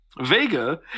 vega